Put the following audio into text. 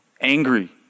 Angry